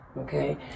okay